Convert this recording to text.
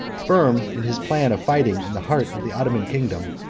firm in his plan of fighting in the heart of the ottoman kingdom,